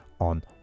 on